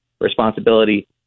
responsibility